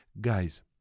Guys